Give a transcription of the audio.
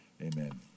amen